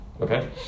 Okay